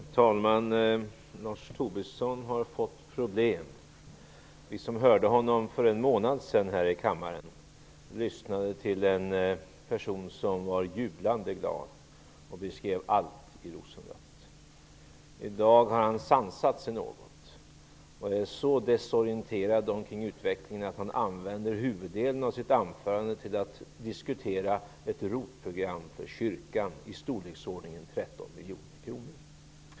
Herr talman! Lars Tobisson har fått problem. Vi som hörde honom för en månad sedan här i kammaren lyssnade till en person som var jublande glad och beskrev allt i rosenrött. I dag har han sansat sig något och är så desorienterad om utvecklingen att han använder huvuddelen av sitt anförande till att diskutera ett ROT-program för kyrkan i storleksordningen 13 miljoner kronor.